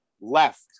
left